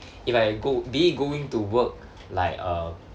if I go be it going to work like uh